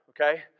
okay